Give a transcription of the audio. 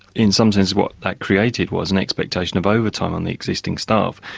in some senses what that created was an expectation of overtime on the existing staff,